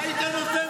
אין-ספור